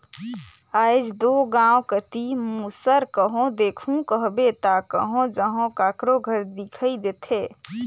आएज दो गाँव कती मूसर कहो देखहू कहबे ता कहो जहो काकरो घर दिखई देथे